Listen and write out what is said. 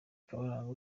karabaranga